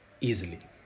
easily